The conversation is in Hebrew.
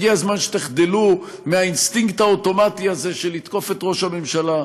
הגיע הזמן שתחדלו מהאינסטינקט האוטומטי הזה של לתקוף את ראש הממשלה.